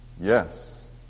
Yes